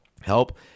help